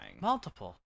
Multiple